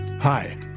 Hi